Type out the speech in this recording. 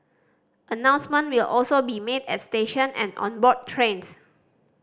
announcements will also be made at station and on board trains